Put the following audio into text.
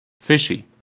fishy